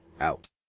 out